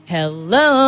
Hello